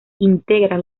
integran